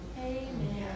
Amen